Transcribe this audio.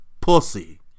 Pussy